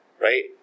right